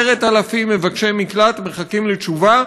10,000 מבקשי מקלט מחכים לתשובה,